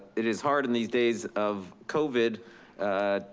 it is hard in these days of covid